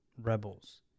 Rebels